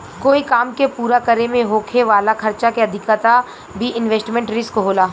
कोई काम के पूरा करे में होखे वाला खर्चा के अधिकता भी इन्वेस्टमेंट रिस्क होला